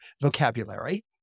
vocabulary